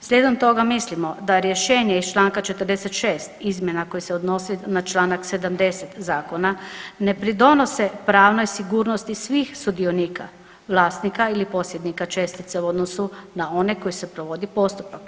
slijedom toga mislimo da rješenje iz čl. 46 izmjena koje se odnose na čl. 70 Zakona ne pridonose pravnoj sigurnosti svih sudionika, vlasnika ili posjednika čestice u odnosu na one koje se provodi postupak.